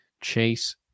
Chase